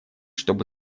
чтобы